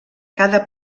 cada